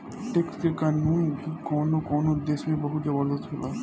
tax के कानून भी कवनो कवनो देश में बहुत जबरदस्त होला